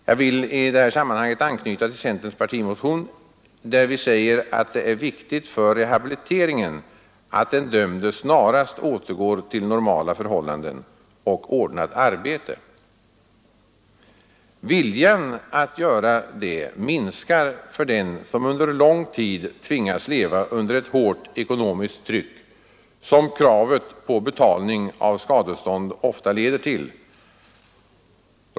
Jag vill i detta sammanhang anknyta till centerns partimotion, där vi säger att det är viktigt för rehabiliteringen att den dömde snarast återgår till normala förhållanden och ordnat arbete. Viljan att göra detta minskar för den som under lång tid" tvingas leva under ett hårt ekonomiskt tryck, vilket kravet på betalning av skadestånd ofta leder till.